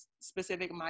specific